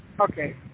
okay